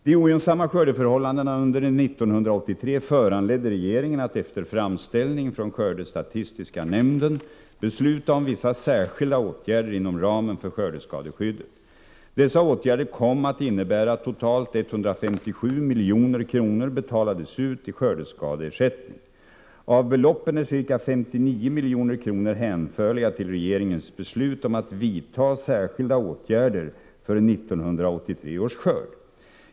De ogynnsamma skördeförhållandena under 1983 föranledde regeringen att efter framställning från skördestatistiska nämnden besluta om vissa särskilda åtgärder inom ramen för skördeskadeskyddet. Dessa åtgärder kom att innebära att totalt 157 milj.kr. betalades ut i skördeskadeersättning. Av beloppen är ca 59 milj.kr. hänförliga till regeringens beslut om att vidta särskilda åtgärder för 1983 års skörd.